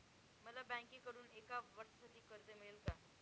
मला बँकेकडून एका वर्षासाठी कर्ज मिळेल का?